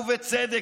ובצדק.